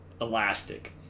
elastic